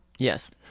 Yes